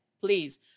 please